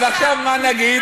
אז עכשיו מה נגיד?